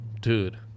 Dude